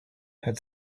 had